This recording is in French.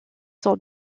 sont